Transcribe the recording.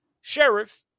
Sheriff